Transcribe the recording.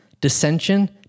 dissension